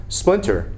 splinter